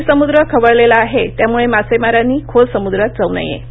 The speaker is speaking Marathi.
अरबी समुद्र खवळलेला आहे त्यामुळे मासेमारांनी खोल समुद्रात जाऊ नये